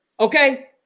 Okay